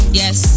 yes